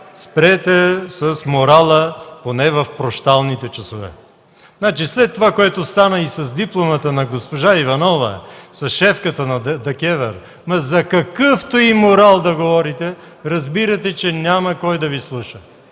спрете с морала поне в прощалните часове! След това, което стана и с дипломата на госпожа Иванова – шефката на ДКЕВР, за какъвто и морал да говорите, разбирате, че няма кой да Ви слуша.